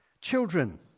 Children